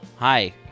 Hi